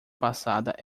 passada